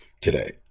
today